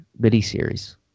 miniseries